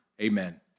Amen